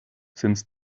since